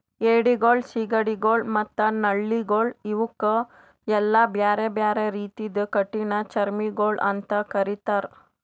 ಏಡಿಗೊಳ್, ಸೀಗಡಿಗೊಳ್ ಮತ್ತ ನಳ್ಳಿಗೊಳ್ ಇವುಕ್ ಎಲ್ಲಾ ಬ್ಯಾರೆ ಬ್ಯಾರೆ ರೀತಿದು ಕಠಿಣ ಚರ್ಮಿಗೊಳ್ ಅಂತ್ ಕರಿತ್ತಾರ್